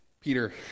Peter